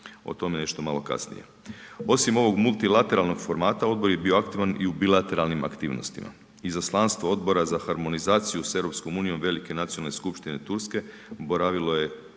O tome nešto malo kasnije. Osim ovog multilateralnog formata Odbor je bio aktivan i u bilateralnim aktivnostima. Izaslanstvo Odbora za harmonizaciju sa EU velike nacionalne skupštine Turske boravilo je